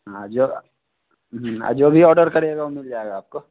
हाँ जो जो भी ऑडर करिएगा वो मिल जाएगा आपको